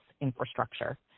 infrastructure